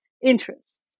interests